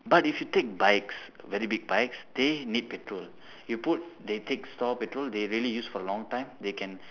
but if you take bikes very big bikes they need petrol you put they take store petrol they really use for long time they can